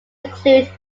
include